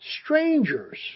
strangers